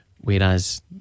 whereas